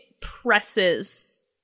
presses